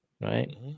Right